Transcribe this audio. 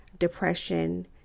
Depression